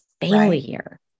failure